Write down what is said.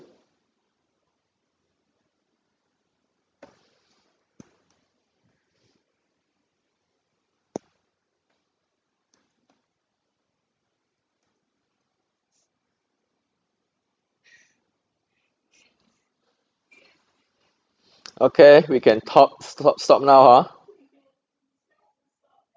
okay we can top stop stop now hor